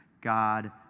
God